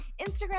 instagram